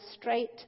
straight